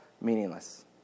meaningless